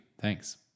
Thanks